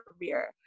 career